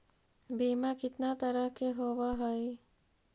बीमा कितना तरह के होव हइ?